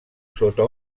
sota